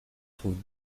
trouve